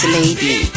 lady